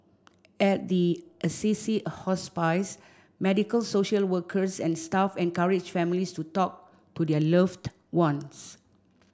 at the Assisi Hospice medical social workers and staff encourage families to talk to their loved ones